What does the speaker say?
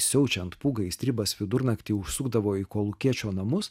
siaučiant pūgai stribas vidurnaktį užsukdavo į kolūkiečio namus